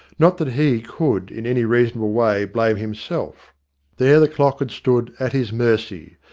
not that he could in any reasonable way blame himself there the clock had stood at his mercy,